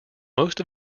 most